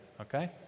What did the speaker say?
Okay